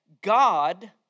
God